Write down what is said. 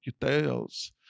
details